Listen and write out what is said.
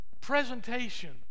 presentation